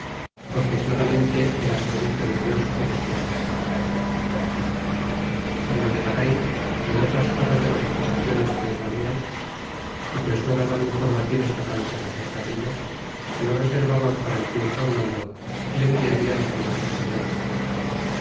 porque claramente era servicio de dios y de su magestad en lo de garay ni en otras cosas de las acusaciones que le ponían que pues no daban informaciones tocantes acerca dello que lo reservaban para el tiempo andando y le enviarian tomar residencia